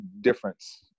difference